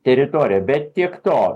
teritorija bet tiek to